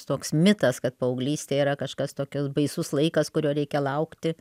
toks mitas kad paauglystė yra kažkas tokio baisus laikas kurio reikia laukti